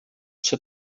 ser